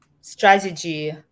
strategy